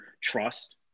trust